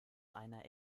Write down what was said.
einer